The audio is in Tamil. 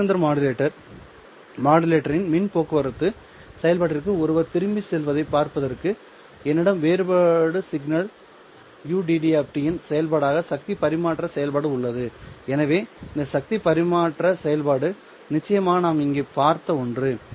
மாக் ஜெஹெண்டர் மாடுலேட்டரின் மின் போக்குவரத்து செயல்பாட்டிற்கு ஒருவர் திரும்பிச் செல்வதைப் பார்ப்பதற்கு என்னிடம் வேறுபாடு சிக்னல் ud இன் செயல்பாடாக சக்தி பரிமாற்ற செயல்பாடு உள்ளது எனவே இந்த சக்தி பரிமாற்ற செயல்பாடு நிச்சயமாக நாம் இங்கே பார்த்த ஒன்று